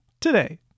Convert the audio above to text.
today